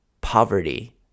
poverty